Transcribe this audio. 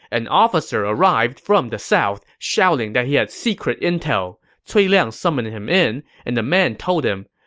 an officer arrived from the south, shouting that he had secret intel. cui liang summoned him in, and the man told him,